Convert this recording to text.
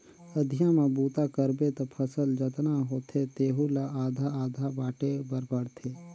अधिया म बूता करबे त फसल जतना होथे तेहू ला आधा आधा बांटे बर पड़थे